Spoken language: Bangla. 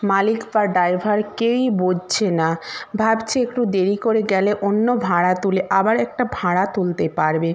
মালিক বা ড্রাইভার কেউই বুঝছে না ভাবছে একটু দেরি করে গেলে অন্য ভাড়া তুলে আবার একটা ভাড়া তুলতে পারবে